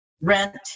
rent